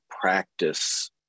practice